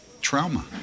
trauma